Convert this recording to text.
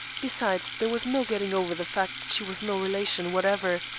besides, there was no getting over the fact that she was no relation whatever,